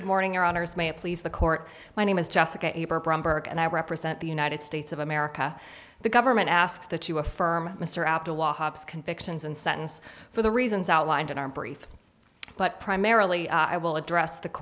good morning your honors may it please the court my name is jessica and i represent the united states of america the government asks the to affirm mr appiah convictions and sentence for the reasons outlined in our brief but primarily i will address the